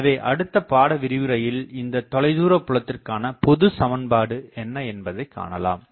எனவே அடுத்த பாட விரிவுரையில் நாம் இந்த தொலைதூர புலத்திற்காண பொது சமன்பாடு என்ன என்பதை காணலாம்